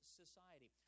society